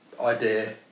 idea